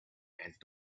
and